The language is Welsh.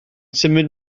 symud